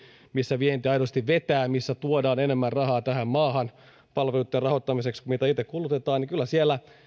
missä vienti aidosti vetää missä tuodaan enemmän rahaa maahan palveluitten rahoittamiseksi kuin mitä itse kulutetaan niin kyllä siellä